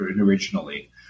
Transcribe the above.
originally